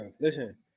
listen